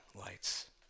lights